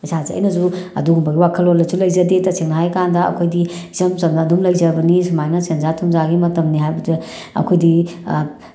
ꯄꯩꯁꯥꯁꯦ ꯑꯩꯅꯁꯨ ꯑꯗꯨꯒꯨꯝꯕꯒꯤ ꯋꯥꯈꯜꯂꯣꯟꯗꯨꯁꯨ ꯂꯩꯖꯗꯦ ꯇꯁꯦꯡꯅ ꯍꯥꯏ ꯀꯥꯟꯗ ꯑꯩꯈꯣꯏꯗꯤ ꯏꯆꯝ ꯆꯝꯅ ꯑꯗꯨꯝ ꯂꯩꯖꯕꯅꯤ ꯁꯨꯃꯥꯏꯅ ꯁꯦꯟꯖꯥ ꯊꯨꯝꯖꯥꯒꯤ ꯃꯇꯝꯅꯤ ꯍꯥꯏꯕꯗꯨꯗꯤ ꯑꯩꯈꯣꯏꯗꯤ